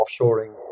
offshoring